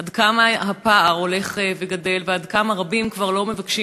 ועד כמה הפער הולך וגדל ועד כמה רבים כבר לא מבקשים